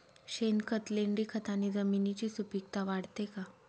शेणखत, लेंडीखताने जमिनीची सुपिकता वाढते का?